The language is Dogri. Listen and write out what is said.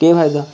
केह् फायदा